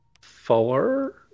four